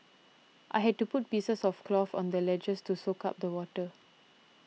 I had to put pieces of cloth on the ledges to soak up the water